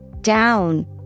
down